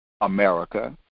America